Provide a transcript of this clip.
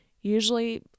usually